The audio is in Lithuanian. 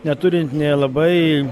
neturint nė labai